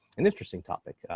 an interesting topic.